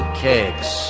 kegs